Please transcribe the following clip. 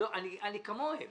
אני כמוהם.